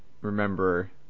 remember